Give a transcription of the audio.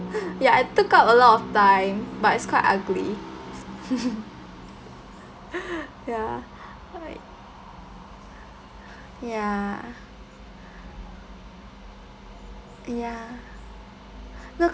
ya I took up a lot of time but it's quite ugly ya right ya ya